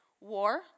war